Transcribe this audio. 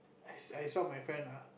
I I saw my friend err